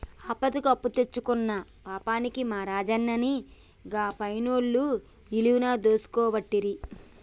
ఆపదకు అప్పుదెచ్చుకున్న పాపానికి మా రాజన్ని గా పైనాన్సోళ్లు నిలువున దోసుకోవట్టిరి